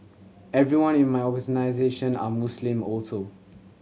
everyone in my organisation are Muslim also